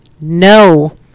no